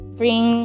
bring